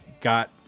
got